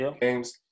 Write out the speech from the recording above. games